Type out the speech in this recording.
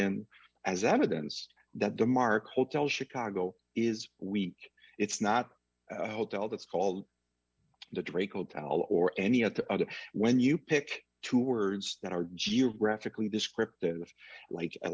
in as evidence that the mark hotel chicago is weak it's not hotel that's called the drake will tell or any of the other when you pick two words that are geographically descriptive like i